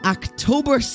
October